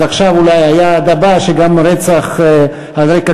אז עכשיו אולי היעד הבא הוא שגם "רצח על רקע